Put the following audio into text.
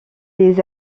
des